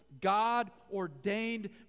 God-ordained